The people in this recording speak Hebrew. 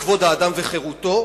כבוד האדם וחירותו,